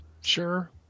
Sure